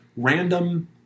random